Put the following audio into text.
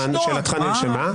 שאלתך נרשמה.